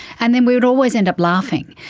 and then we would always end up laughing.